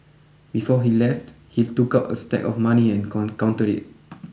before he left he took out a stack of money and counted it